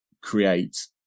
create